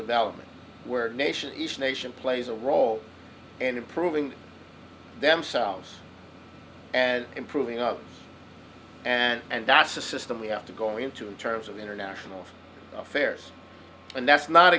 development where nations each nation plays a role and improving themselves and improving up and that's the system we have to go into in terms of international affairs and that's not